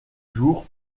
jours